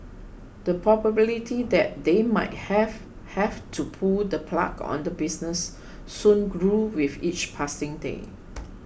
the probability that they might have have to pull the plug on the business soon grew with each passing day